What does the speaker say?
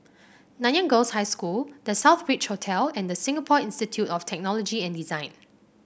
Nanyang Girls' High School The Southbridge Hotel and Singapore of Technology and Design